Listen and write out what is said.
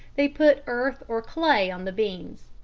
they put earth or clay on the beans.